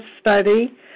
study